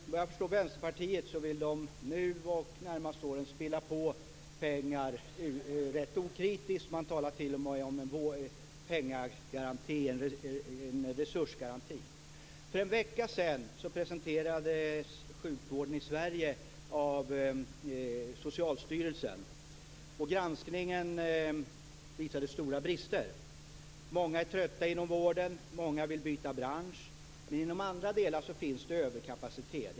Fru talman! Som jag förstod Vänsterpartiet vill man nu och de närmaste åren spilla på pengar rätt okritiskt. Man talar t.o.m. om en resursgaranti. För en vecka sedan presenterades sjukvården i Sverige av Socialstyrelsen. Granskningen visade stora brister. Många är trötta inom vården, många vill byta bransch. Men inom andra delar finns det överkapacitet.